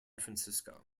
francisco